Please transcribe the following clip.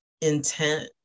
intent